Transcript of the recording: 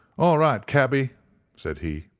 all right, cabby said he.